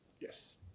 Yes